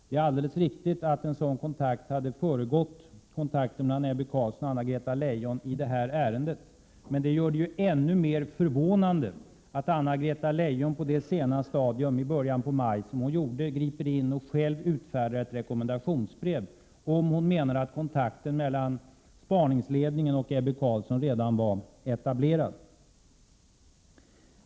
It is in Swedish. Det är alldeles riktigt att en sådan kontakt hade föregått kontakten mellan Ebbe Carlsson och Anna-Greta Leijon i det här ärendet, men det gör det ju ännu mer förvånande att Anna-Greta Leijon på detta sena stadium, i början av maj, ingrep och själv utfärdade ett rekommendationsbrev, om hon menar att kontakten mellan spaningsledningen och Ebbe Carlsson redan var etablerad.